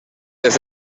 des